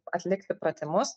atlikti pratimus